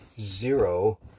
zero